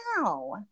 now